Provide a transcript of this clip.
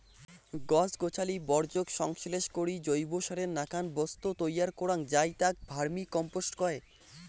গছ গছালি বর্জ্যক সংশ্লেষ করি জৈবসারের নাকান বস্তু তৈয়ার করাং যাই তাক ভার্মিকম্পোস্ট কয়